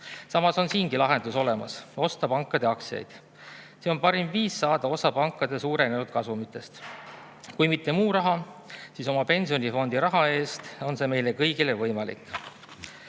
Samas on siingi lahendus olemas: osta pankade aktsiaid. See on parim viis saada osa pankade suurenenud kasumitest. Kui mitte muu raha, siis oma pensionifondi raha eest on see meil kõigil võimalik. Ja